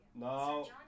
No